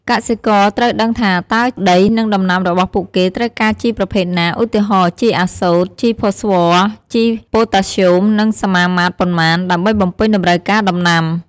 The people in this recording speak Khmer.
កសិករត្រូវដឹងថាតើដី និងដំណាំរបស់ពួកគេត្រូវការជីប្រភេទណា ឧទាហរណ៍ ជីអាសូត ជីផូស្វ័រ ជីប៉ូតាស្យូម និងសមាមាត្រប៉ុន្មាន ដើម្បីបំពេញតម្រូវការដំណាំ។